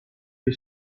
che